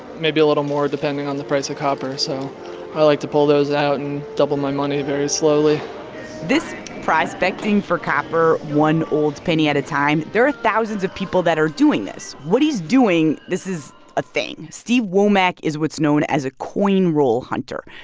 maybe a little more depending on the price of copper. so i like to pull those out and double my money very slowly this prospecting for copper one old penny at a time, there are thousands of people that are doing this. what he's doing this is a thing. steve womack is what's known as a coin roll hunter.